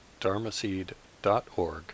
dharmaseed.org